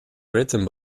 written